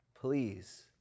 please